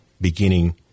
beginning